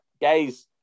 guys